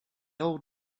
old